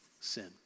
sin